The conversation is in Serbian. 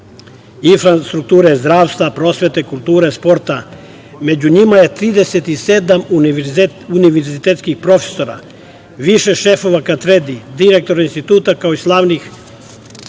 infrastrukture, zdravstva, prosvete, kulture, sporta. Među njima je 37 univerzitetskih profesora, više šefova katedri, direktora instituta, kao i slavnih